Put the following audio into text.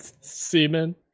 Semen